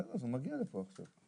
בסדר, זה מגיע לפה עכשיו.